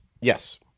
Yes